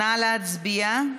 נא להצביע.